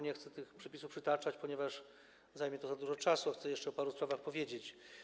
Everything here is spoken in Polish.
Nie chcę tych przepisów przytaczać, ponieważ zajmie to za dużo czasu, a chcę jeszcze o paru sprawach powiedzieć.